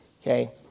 okay